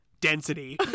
density